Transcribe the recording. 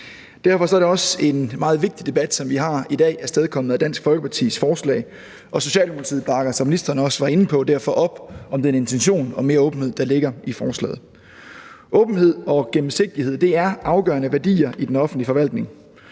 Derfor er det også en meget vigtig debat, vi har i dag, som er afstedkommet af Dansk Folkepartis forslag, og Socialdemokratiet bakker, som ministeren også var inde på, derfor op om den intention om mere åbenhed, der ligger i forslaget. Åbenhed og gennemsigtighed er afgørende værdier i den offentlige forvaltning,